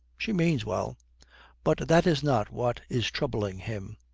she means well but that is not what is troubling him.